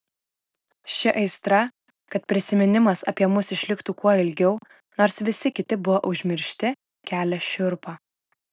ši aistra kad prisiminimas apie mus išliktų kuo ilgiau nors visi kiti buvo užmiršti kelia šiurpą